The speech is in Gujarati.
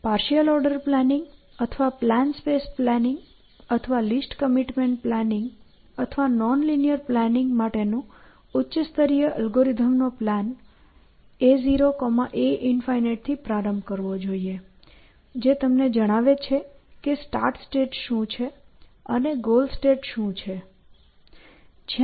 પાર્શિઅલ ઓર્ડર પ્લાનિંગ અથવા પ્લાન સ્પેસ પ્લાનિંગ અથવા લીસ્ટ કમિટમેન્ટ પ્લાનિંગ અથવા નોન લિનીઅર પ્લાનિંગ માટેનું ઉચ્ચ સ્તરીય અલ્ગોરિધમનો પ્લાન a0 a∞ થી પ્રારંભ કરવો જોઈએ જે તમને જણાવે છે કે સ્ટાર્ટ સ્ટેટ શું છે અને ગોલ સ્ટેટ શું છે